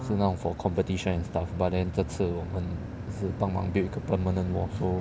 是那种 for competition and stuff but then 这次我们是帮忙 build 一个 permanent wall so